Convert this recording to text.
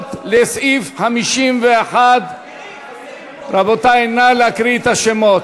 הסתייגויות לסעיף 51. רבותי, נא להקריא את השמות.